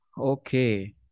Okay